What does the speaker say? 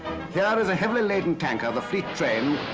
here is a heavily laden tanker, the fleet train,